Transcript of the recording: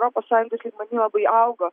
europos sąjungos lygmeny labai augo